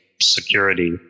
security